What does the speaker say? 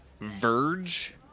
Verge